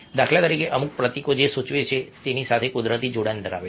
દાખલા તરીકે અમુક પ્રતીકો જે સૂચવે છે તેની સાથે કુદરતી જોડાણ ધરાવે છે